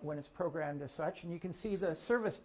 when it's programmed as such and you can see the service